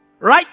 Right